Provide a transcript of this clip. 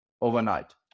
overnight